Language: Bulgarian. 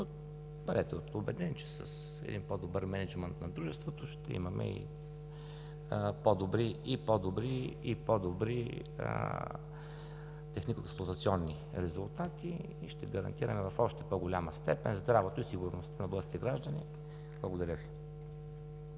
Бъдете убедени, че с един по-добър мениджмънт на дружеството ще имаме и по-добри технико-експлоатационни резултати и ще гарантираме в още по-голяма степен здравето и сигурността на българските граждани. Благодаря Ви.